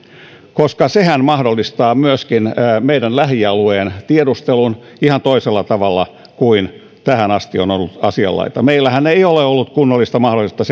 koska sehän mahdollistaa myöskin meidän lähialueemme tiedustelun ihan toisella tavalla kuin tähän asti on ollut asianlaita meillähän ei ole ollut kunnollista mahdollisuutta